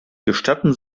gestatten